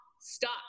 stop